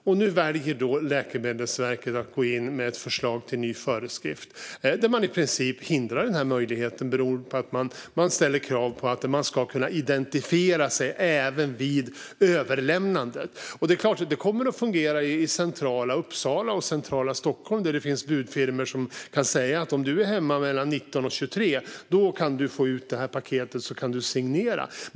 Läkemedelsverket väljer nu att gå in med ett förslag till ny föreskrift som i princip hindrar den här möjligheten genom att man ställer krav på att mottagaren ska kunna legitimera sig vid överlämnandet. Det kommer såklart att fungera i centrala Uppsala och Stockholm, där det finns budfirmor som kan säga att den som är hemma mellan klockan 19 och 23 kan få ut sitt paket genom att signera det.